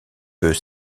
peut